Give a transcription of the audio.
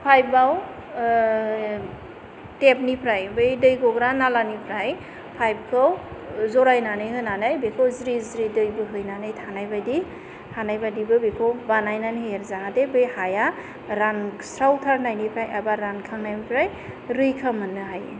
पाइबाव टेपनिफ्राय बै दै गग्रा नालानिफ्राय पाइबखौ जरायनानै होनानै बेखौ ज्रि ज्रि दै बोहैनानै थानाय बादि थानाय बादिबो बिखौ बानायनानै होयो जाहाथे बे हाया रानस्राव थारनायनिफ्राय एबा रानखांनायनिफ्राय रैखा मोननो हायो